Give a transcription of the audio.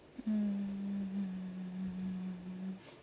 mm